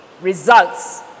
results